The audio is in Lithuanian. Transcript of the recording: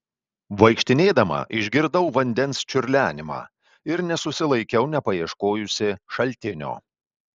vaikštinėdama išgirdau vandens čiurlenimą ir nesusilaikiau nepaieškojusi šaltinio